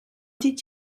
did